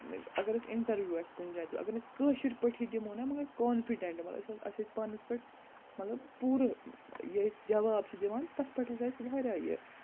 اَگر أسۍ اِنٹَروِو آسہِ کُنہِ جایہِ دیُن اَگر أسۍ نہٕ کٲشِر پٲٹھی دِمو نہ مگر کانٛفِڈٮ۪نٹ مَہ أسۍ اَسہِ أسۍ پانِس پٮ۪ٹھ مطلب پوٗرٕ یہِ أسۍ جواب چھِ دِوان تَتھ پٮ۪ٹھ ہَسا اَسہِ وارِیاہ